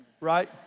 Right